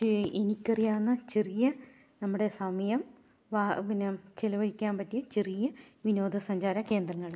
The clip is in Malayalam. ചെ എനിക്കറിയാവുന്ന ചെറിയ നമ്മുടെ സമയം വ പിന്നെ ചിലവഴിക്കാൻ പറ്റിയ ചെറിയ വിനോദസഞ്ചാര കേന്ദ്രങ്ങൾ